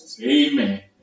Amen